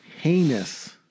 heinous